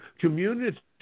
community